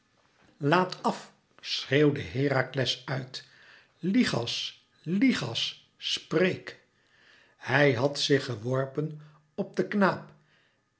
laat af schreeuwde herakles uit lichas lichas spreek hij had zich geworpen op den knaap